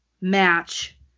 match